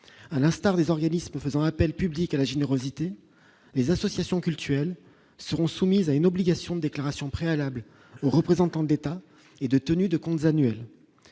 à l'instar des organismes faisant appel public à la générosité des associations cultuelles seront soumises à une obligation déclarations préalables, représentant de l'État et de tenue de comptes annuels